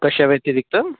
कशा व्यतिरिक्त